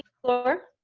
fluor.